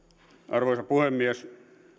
arvoisa puhemies